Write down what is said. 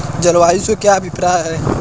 जलवायु से क्या अभिप्राय है?